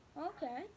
Okay